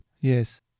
Yes